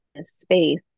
space